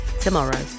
tomorrow